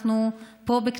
אבל מאז שאנחנו פה,